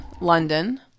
London